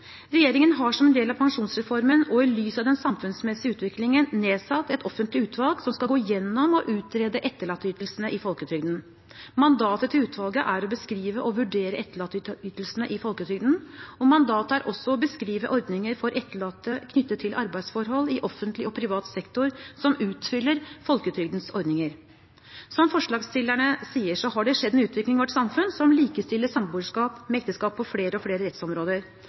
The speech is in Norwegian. Regjeringen har som en del av pensjonsreformen og i lys av den samfunnsmessige utviklingen nedsatt et offentlig utvalg som skal gå gjennom og utrede etterlatteytelsene i folketrygden. Mandatet til utvalget er å beskrive og vurdere etterlatteytelsene i folketrygden, og mandatet er også å beskrive ordninger for etterlatte knyttet til arbeidsforhold i offentlig og privat sektor, som utfyller folketrygdens ordninger. Som forslagsstillerne sier, så har det skjedd en utvikling i vårt samfunn som likestiller samboerskap med ekteskap på flere og flere rettsområder.